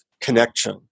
connection